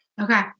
Okay